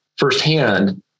firsthand